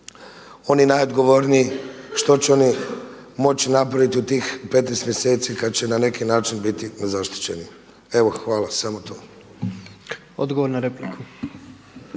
oni najodgovorniji što će oni moći napraviti u tih 15 mjeseci kada će na neki način biti nezaštićeni. Hvala. Samo to. **Jandroković,